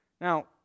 Now